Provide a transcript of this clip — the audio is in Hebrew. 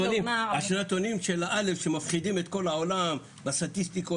השנתונים של א' שמפחידים את כל העולם והסטטיסטיקות